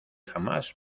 jamás